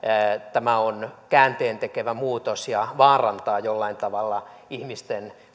tämä on käänteentekevä muutos ja vaarantaa jollain tavalla ihmisten